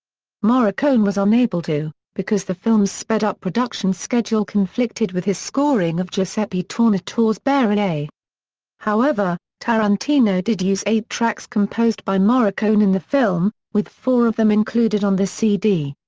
morricone was unable to, because the film's sped-up production schedule conflicted with his scoring of giuseppe tornatore's baaria. and however, tarantino did use eight tracks composed by morricone in the film, with four of them included on the cd.